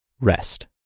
rest